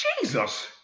Jesus